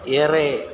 ഏറെ